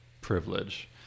privilege